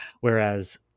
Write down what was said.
Whereas